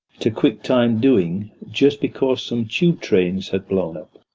to quick time doing, just because some tube-trains had blown-up?